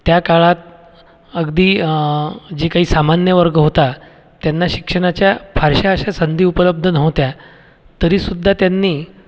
त्या काळात अगदी जे काही सामान्य वर्ग होता त्यांना शिक्षणाच्या फारशा अशा संधी उपलब्ध नव्हत्या तरीसुद्धा त्यांनी